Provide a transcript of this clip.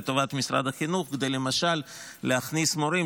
לטובת משרד החינוך למשל כדי להכניס מורים